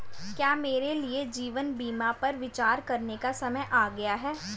क्या मेरे लिए जीवन बीमा पर विचार करने का समय आ गया है?